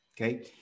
okay